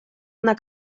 una